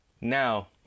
Now